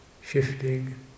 shifting